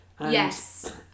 yes